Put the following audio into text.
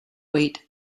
weight